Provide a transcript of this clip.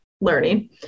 learning